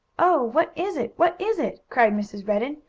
oh, what is it? what is it? cried mrs. redden.